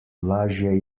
lažje